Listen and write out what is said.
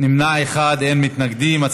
אין מתנגדים, נמנע אחד.